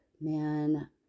man